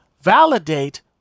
validate